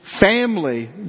Family